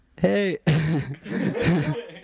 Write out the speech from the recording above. Hey